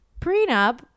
prenup